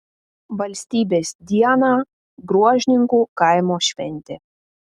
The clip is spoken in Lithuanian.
valstybės dieną gruožninkų kaimo šventė